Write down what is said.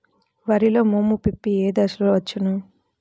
వరిలో మోము పిప్పి ఏ దశలో వచ్చును?